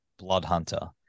Bloodhunter